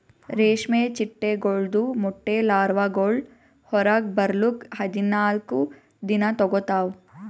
ರೇಷ್ಮೆ ಚಿಟ್ಟೆಗೊಳ್ದು ಮೊಟ್ಟೆ ಲಾರ್ವಾಗೊಳ್ ಹೊರಗ್ ಬರ್ಲುಕ್ ಹದಿನಾಲ್ಕು ದಿನ ತೋಗೋತಾವ್